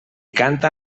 canta